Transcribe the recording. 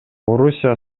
орусия